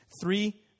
three